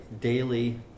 daily